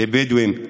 בדואים,